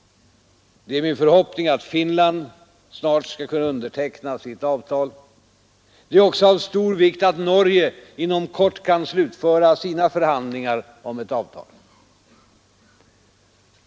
Det är min förhoppning att Finland snart skall kunna underteckna sitt avtal. Det är också av stor vikt att Norge inom kort kan slutföra sina förhandlingar om ett avtal.